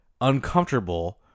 uncomfortable